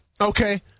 Okay